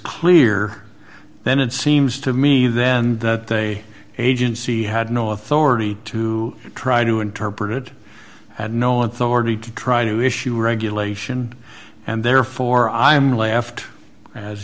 clear then it seems to me then that they agency had no authority to try to interpret it had no authority to try to issue regulation and therefore i am left as